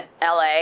LA